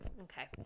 Okay